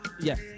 Yes